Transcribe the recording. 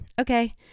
okay